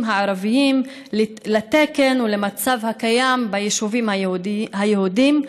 הערביים לתקן ולמצב הקיים ביישובים היהודיים.